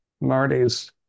Marty's